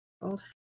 called